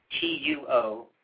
T-U-O